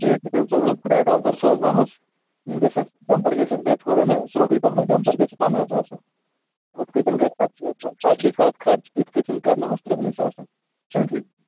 ٹھیٖک چھُ تیٚلہِ سوزو ترٛےٚ ڈمپر سوزٕناوہوس گژھٮ۪س ڈَمپر گژھٮ۪س بیٚیہ تھوڑا نا سرٛوگُے پَہمتھ ڈمپر گژھِ پنٛدٕہَن ساسَن ہُتھ کٲٹھۍ گژھِ پتہٕ ژۄتجی ساس خرچ یِتھ کٲٹھۍ کرٕناوہوس تٕرٛہنٕے ساسَن چھُنہ ٹھیٖک